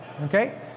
Okay